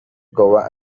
goa